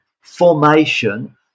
formation